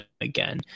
again